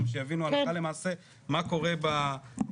גם שיבינו הלכה למעשה מה קורה בתחנות.